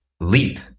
leap